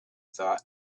thought